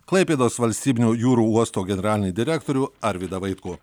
klaipėdos valstybinio jūrų uosto generalinį direktorių arvydą vaitkų